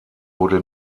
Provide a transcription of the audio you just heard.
wurde